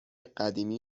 قدیمی